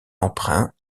emprunt